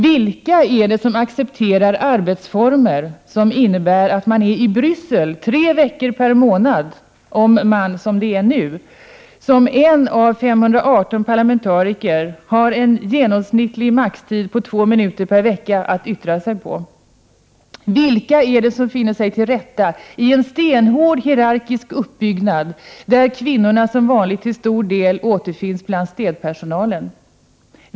Vilka är det som accepterar arbetsformer som innebär att man är i Bryssel tre veckor per månad och att man — som det är nu — såsom en av 518 parlemantariker har en genomsnittlig maximaltid på 2 minuter per vecka att yttra sig på? Vilka är det som finner sig till rätta i en stenhård hierarkisk uppbyggnad där kvinnorna som vanligt till stor del återfinns bland städpersonalen?